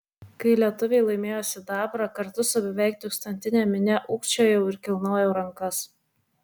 kai lietuviai laimėjo sidabrą kartu su beveik tūkstantine minia ūkčiojau ir kilnojau rankas